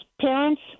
parents